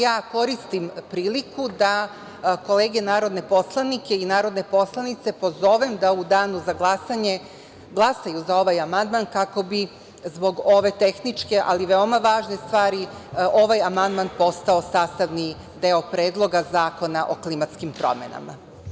Ja koristim priliku da kolege narodne poslanike i narodne poslanice pozovem da u danu za glasanje glasaju za ovaj amandman kako bi zbog ove tehničke, ali veoma važne stvari ovaj amandman postao sastavni deo Predloga zakona o klimatskim promenama.